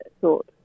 thought